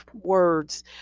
words